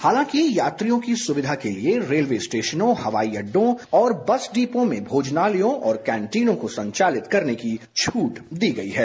हालांकि यात्रियों की सुविधा के लिए रेलवे स्टेशनों हवाई अड्डो और दस डिपो में भोजनालयों और कैंटीनों को संचालित करने की छुट दी गई है